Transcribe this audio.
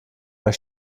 mehr